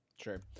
Sure